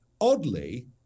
oddly